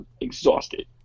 exhausted